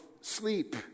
sleep